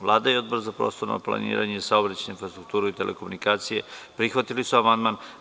Vlada i Odbor za prostorno planiranje, saobraćaj, infrastrukturu i telekomunikacije prihvatili su amandman.